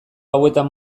hauetan